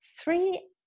three